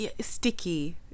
sticky